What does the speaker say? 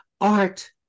Art